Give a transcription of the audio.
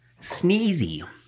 Sneezy